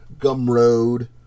gumroad